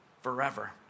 forever